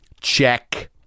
Check